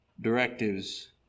Directives